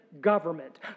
government